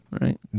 Right